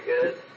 good